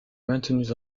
maintenus